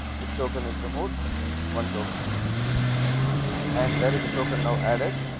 this token is removed one token is removed and where is the token now added